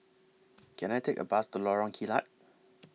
Can I Take A Bus to Lorong Kilat